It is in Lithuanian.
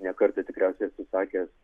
ne kartą tikriausiai esu sakęs